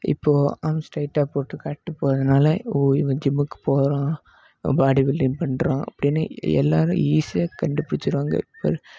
இப்போது ஆம்ஸ் டைட்டாக போட்டு காட்டிகிட்டு போகிறனால ஓ இவன் ஜிம்முக்கு போகிறான் இவன் பாடி பில்டிங் பண்றான் அப்படின்னு எல்லோரும் ஈசியாக கண்டுப்பிடிச்சிருவாங்க இப்போ